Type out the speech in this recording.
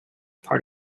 part